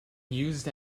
used